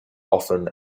often